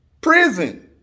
Prison